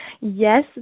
Yes